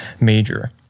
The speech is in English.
major